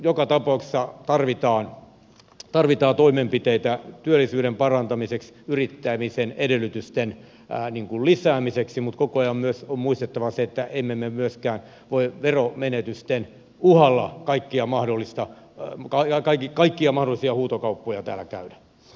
joka tapauksessa tarvitaan toimenpiteitä työllisyyden parantamiseksi yrittämisen edellytysten lisäämiseksi mutta koko ajan on muistettava myös se että emme me myöskään voi veronmenetysten uhalla kaikki on mahdollista olla mukana kaikki kaikkia mahdollisia huutokauppoja täällä käydä